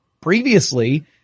previously